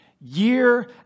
Year